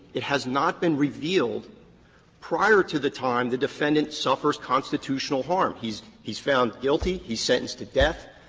it has not been revealed prior to the time the defendant suffers constitutional harm. he's he's found guilty, he's sentenced to death,